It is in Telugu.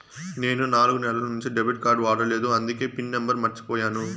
నేను నాలుగు నెలల నుంచి డెబిట్ కార్డ్ వాడలేదు అందికే పిన్ నెంబర్ మర్చిపోయాను